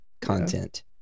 content